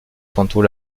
tantôt